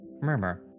murmur